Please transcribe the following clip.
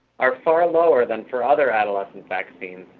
are far lower than for other adolescent vaccines,